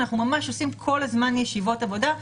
אנחנו ממש עושים כל הזמן ישיבות עבודה.